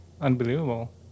unbelievable